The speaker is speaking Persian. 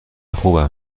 خوبه